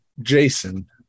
Jason